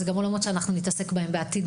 אלו עולמות שנתעסק בהם בעתיד,